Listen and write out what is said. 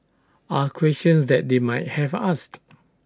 are questions that they might have asked